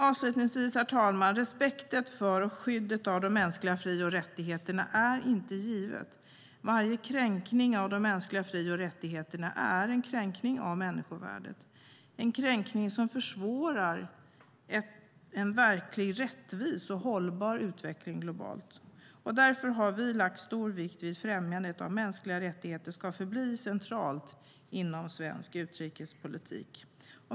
Avslutningsvis, herr talman, vill jag säga att respekten för och skyddet av de mänskliga fri och rättigheterna inte är givet. Varje kränkning av de mänskliga fri och rättigheterna är en kränkning av människovärdet, en kränkning som försvårar en verkligt rättvis och hållbar utveckling globalt. Därför har vi lagt stor vikt vid att främjandet av mänskliga rättigheter ska förbli centralt inom svensk utrikespolitik.